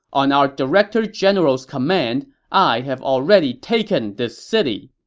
on our director general's command, i have already taken this city.